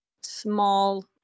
small